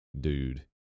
dude